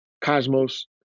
Cosmos